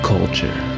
Culture